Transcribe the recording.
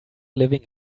living